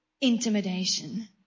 intimidation